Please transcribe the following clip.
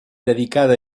dedicada